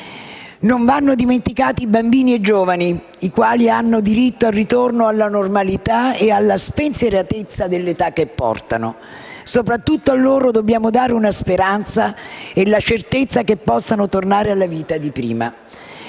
Non vanno dimenticati i bambini e i giovani, i quali hanno diritto al ritorno alla normalità e alla spensieratezza dell'età che portano. Soprattutto a loro dobbiamo dare una speranza e la certezza che possano tornare alla vita di prima.